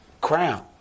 crown